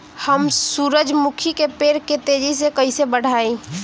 हम सुरुजमुखी के पेड़ के तेजी से कईसे बढ़ाई?